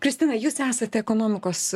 kristina jūs esate ekonomikos